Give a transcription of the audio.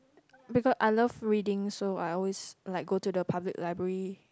because I love reading so I always like go to the public library